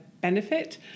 benefit